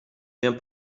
viens